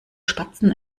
spatzen